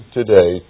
today